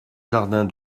jardin